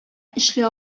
эшли